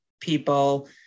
people